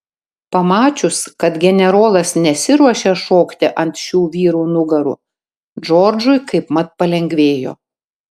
pamačius kad generolas nesiruošia šokti ant šių vyrų nugarų džordžui kaipmat palengvėjo